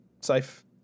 safe